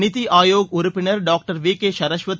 நித்தி ஆயோக் உறுப்பினர் doctor V K Saraswat